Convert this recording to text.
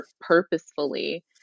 purposefully